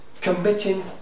committing